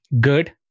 good